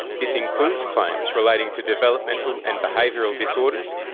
this includes claims relating to developmental and behavioural disorders,